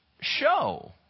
show